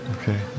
Okay